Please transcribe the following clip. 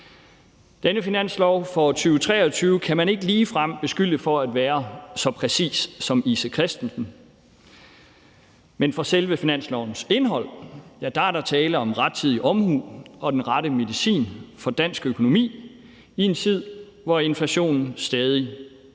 Denne finanslov for 2023 kan man ikke ligefrem beskylde for at være så præcis som I.C. Christensen. Men i forhold til selve finanslovens indhold er der tale om rettidig omhu og den rette medicin for dansk økonomi i en tid, hvor inflationen stadig spiller